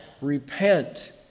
repent